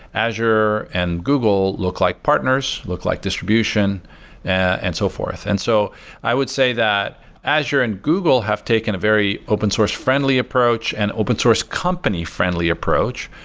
azure and google look like partners, look like distribution and so forth. so i would say that azure and google have taken a very open source friendly approach and open source company friendly approach,